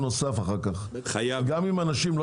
גם כרטיסייה וגם אפליקציה.